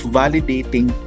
validating